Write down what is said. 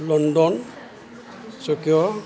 London Tokyo